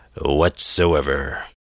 whatsoever